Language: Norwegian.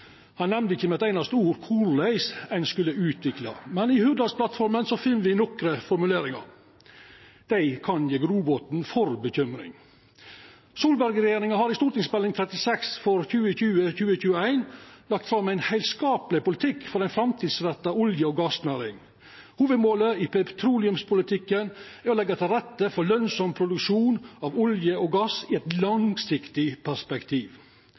nemnde ikkje med eit einaste ord korleis ein skulle utvikla. Men i Hurdalsplattforma finn me nokre formuleringar. Dei kan gi grobotn for bekymring. Solberg-regjeringa har i Meld. St. 36 for 2020–2021 lagt fram ein heilskapleg politikk for ei framtidsretta olje- og gassnæring. Hovudmålet i petroleumspolitikken er å leggja til rette for lønsam produksjon av olje og gass i et langsiktig perspektiv.